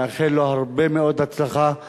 מאחל לו הרבה מאוד הצלחה,